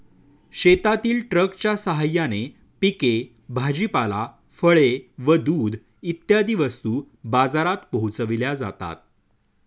शेतातील ट्रकच्या साहाय्याने पिके, भाजीपाला, फळे व दूध इत्यादी वस्तू बाजारात पोहोचविल्या जातात